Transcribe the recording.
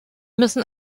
müssen